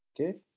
okay